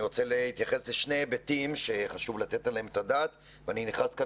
אני רוצה להתייחס לשני היבטים שחשוב לתת עליהם את הדעת ואני נכנס כאן